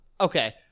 Okay